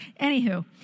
Anywho